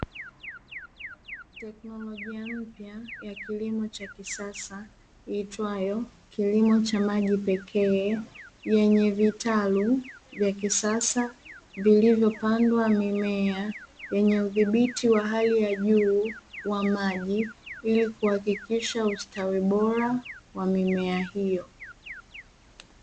Teknolojia mpya ya kilimo cha kisasa iitwayo "kilimo cha maji pekee" yenye vitalu vya kisasa, vilivyopandwa mimea yenye udhibiti wa hali ya juu wa maji. Ili kuhakikisha ustawi bora wa mimea hiyo.